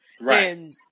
right